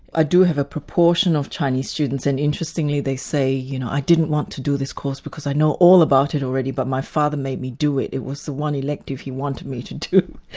i do have a proportion of chinese students, and interestingly they say, you know, i didn't want to do this course because i know all about it already but my father made me do it, it was the one elective he wanted me to do.